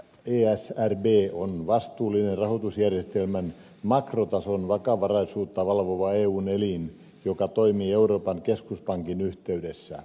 esrb on vastuullinen rahoitusjärjestelmän makrotason vakavaraisuutta valvova eun elin joka toimii euroopan keskuspankin yhteydessä